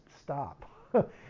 stop